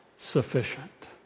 sufficient